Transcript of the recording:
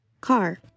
CAR